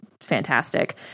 fantastic